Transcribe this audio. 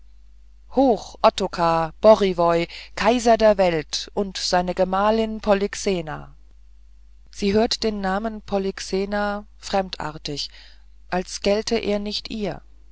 hoch ottokar borivoj kaiser der welt und seine gemahlin polyxena sie hört den namen polyxena fremdartig als gelte er nicht ihr